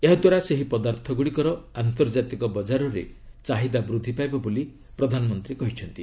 ଏହା ଦ୍ୱାରା ସେହି ପଦାର୍ଥଗ୍ରଡ଼ିକର ଆନ୍ତର୍ଜାତିକ ବଜାରରେ ଚାହିଦା ବୃଦ୍ଧି ପାଇବ ବୋଲି ପ୍ରଧାନମନ୍ତ୍ରୀ କହିଛନ୍ତି